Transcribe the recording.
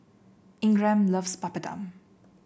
Ingram loves Papadum